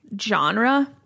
genre